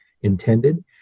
intended